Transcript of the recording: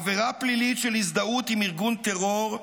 עבירה פלילית של הזדהות עם ארגון טרור,